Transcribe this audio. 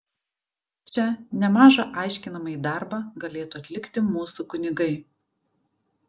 čia nemažą aiškinamąjį darbą galėtų atlikti mūsų kunigai